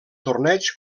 torneig